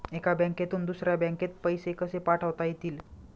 एका बँकेतून दुसऱ्या बँकेत पैसे कसे पाठवता येतील?